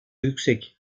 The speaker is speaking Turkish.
yüksek